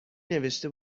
نوشته